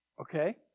Okay